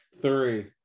three